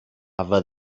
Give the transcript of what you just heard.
haver